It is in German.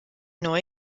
neu